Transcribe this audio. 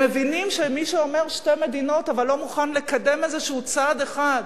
הם מבינים שמי שאומר "שתי מדינות" אבל לא מוכן לקדם איזשהו צעד אחד